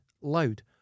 Loud